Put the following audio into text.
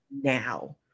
now